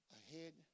ahead